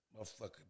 motherfucker